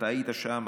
אתה היית שם,